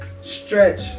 Stretch